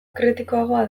kritikoagoa